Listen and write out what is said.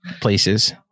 places